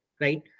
right